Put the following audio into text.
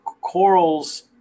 corals